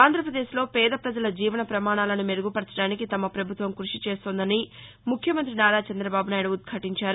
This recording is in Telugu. ఆంధ్రప్రదేశ్ లో పేదప్రజల జీవన ప్రమాణాలను మెరుగుపర్చదానికి తమ ప్రభుత్వం కృషి చేస్తోందని ముఖ్యమంతి నారా చందబాబు నాయుడు ఉద్ఘాటించారు